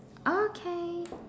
okay